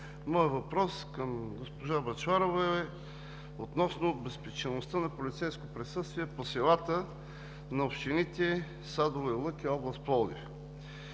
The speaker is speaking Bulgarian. Моят въпрос към госпожа Бъчварова е относно обезпечеността на полицейско присъствие по селата на общините Садово и Лъки, област Пловдив.